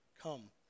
come